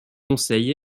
conseil